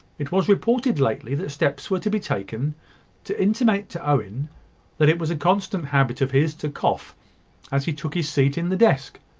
it was reported lately that steps were to be taken to intimate to owen, that it was a constant habit of his to cough as he took his seat in the desk.